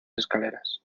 escaleras